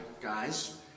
guys